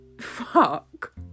fuck